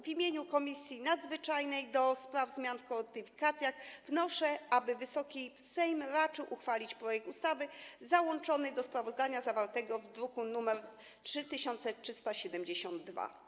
W imieniu Komisji Nadzwyczajnej do spraw zmian w kodyfikacjach wnoszę, aby Wysoki Sejm raczył uchwalić projekt ustawy załączony do sprawozdania zawartego w druku nr 3372.